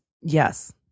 yes